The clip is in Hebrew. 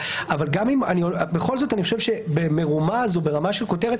אבל בכל זאת במרומז או ברמה של כותרת